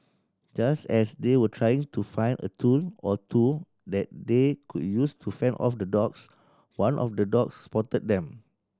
just as they were trying to find a tool or two that they could use to fend off the dogs one of the dogs spotted them